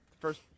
first